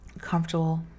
comfortable